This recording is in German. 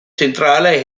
zentraler